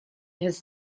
has